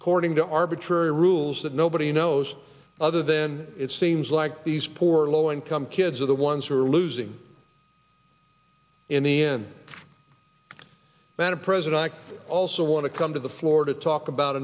according to arbitrary rules that nobody knows other than it seems like these poor low income kids are the ones who are losing in the end when a president i also want to come to the floor to talk about